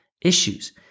issues